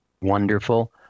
wonderful